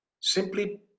Simply